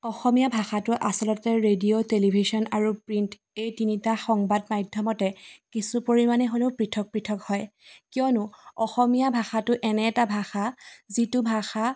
অসমীয়া ভাষাটো আচলতে radio television আৰু প্ৰিণ্ট এই তিনিটা সংবাদ মাধ্যমতে কিছু পৰিমাণে হ'লেও পৃথক পৃথক হয় কিয়নো অসমীয়া ভাষাটো এনে এটা ভাষা যিটো ভাষা